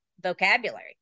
vocabulary